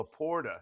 Laporta